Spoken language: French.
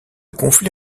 conflit